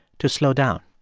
to slow down.